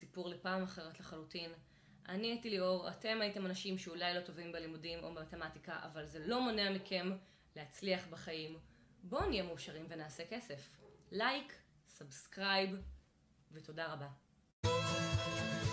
סיפור לפעם אחרת לחלוטין. אני הייתי ליאור, אתם הייתם אנשים שאולי לא טובים בלימודים או במתמטיקה, אבל זה לא מונע מכם להצליח בחיים. בואו נהיה מאושרים ונעשה כסף. לייק, סאבסקרייב, ותודה רבה.